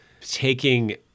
taking